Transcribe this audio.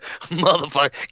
motherfucker